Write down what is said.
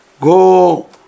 go